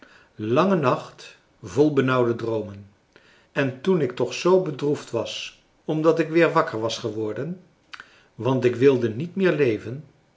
langen nacht vol benauwde droomen en toen ik toch zoo bedroefd was omdat ik weer wakker was geworden want ik wilde niet meer leven